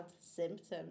Symptoms